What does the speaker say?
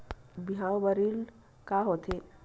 बिहाव म ऋण का होथे?